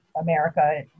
America